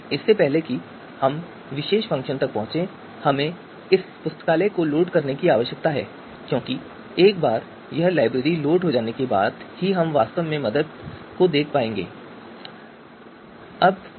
इससे पहले कि हम इस विशेष फ़ंक्शन तक पहुंच सकें हमें इस पुस्तकालय को लोड करने की आवश्यकता है क्योंकि एक बार यह लाइब्रेरी लोड हो जाने के बाद ही हम वास्तव में मदद को देख पाएंगे अनुभाग